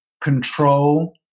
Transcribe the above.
control